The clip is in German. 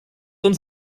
uns